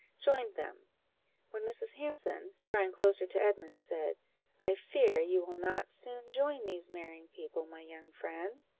joined them when mrs. hanson, drawing closer to edmund, said i fear you will not soon join these marrying people, my young friend?